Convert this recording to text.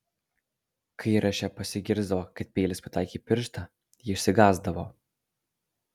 kai įraše pasigirsdavo kad peilis pataikė į pirštą ji išsigąsdavo